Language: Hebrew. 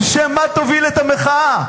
בשם מה תוביל את המחאה?